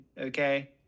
Okay